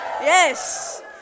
Yes